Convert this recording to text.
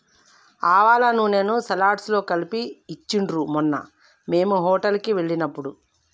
ఆవాల నూనెను సలాడ్స్ లో కలిపి ఇచ్చిండ్రు మొన్న మేము హోటల్ కి వెళ్ళినప్పుడు